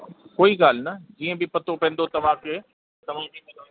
कोई ॻाल्हि न जीअं बि पतो पवंदो तव्हांखे